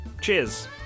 cheers